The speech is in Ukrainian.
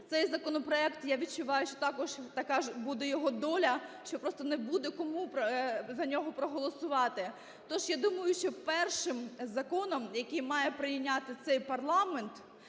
цей законопроект, я відчуваю, що така ж буде його доля, що просто не буде кому за нього проголосувати. Тож я думаю, що першим законом, який має прийняти цей парламент,